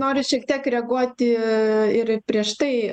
noriu šiek tiek reaguoti ir į prieš tai